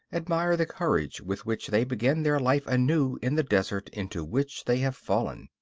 admire the courage with which they begin their life anew in the desert into which they have fallen.